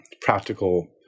practical